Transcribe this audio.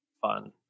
fun